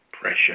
pressure